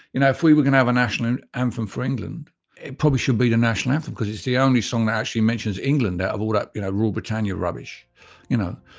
you know if we were going to have a national anthem for england it probably should be the national anthem because it's the only song that she mentions england out of all that rule britannia rubbish you know.